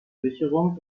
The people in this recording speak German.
sicherung